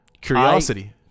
Curiosity